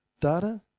data